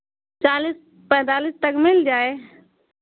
चालीस पैंतालीस तक मिल जाए